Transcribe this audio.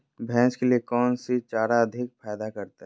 भैंस के लिए कौन सी चारा अधिक फायदा करता है?